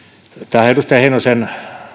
tähän edustaja heinosen